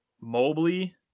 Mobley